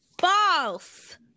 false